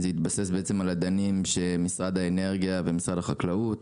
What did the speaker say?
זה התבסס על אדנים של משרד האנרגיה ומשרד החקלאות,